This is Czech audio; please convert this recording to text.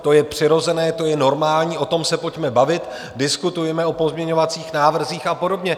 To je přirozené, to je normální, o tom se pojďme bavit, diskutujme o pozměňovacích návrzích a podobně.